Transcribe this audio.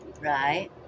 Right